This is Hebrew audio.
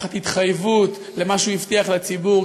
ותחת התחייבות למה שהוא הבטיח לציבור,